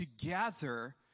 Together